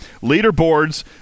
leaderboards